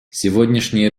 сегодняшние